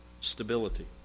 stability